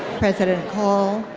president call,